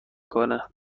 کنه